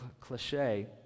cliche